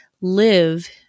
live